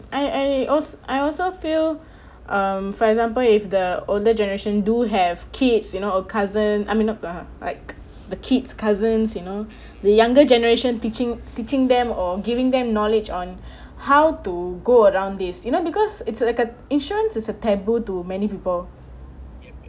I I al~ I also feel um for example if the older generation do have kids you know or cousin I mean not lah like the kids cousins you know the younger generation teaching teaching them or giving them knowledge on how to go around this you know because it's like a insurance is a taboo to many people